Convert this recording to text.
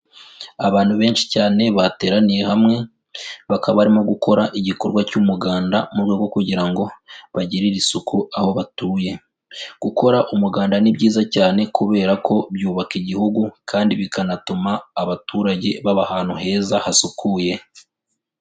Abantu benshi cyane bateraniye hamwe, bakaba barimo gukora igikorwa cy'umuganda mu rwego rwo kugira ngo bagirire isuku aho batuye, gukora umuganda ni byiza cyane kubera ko byubaka Igihugu kandi bikanatuma abaturage baba ahantu heza hasukuye.